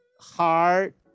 heart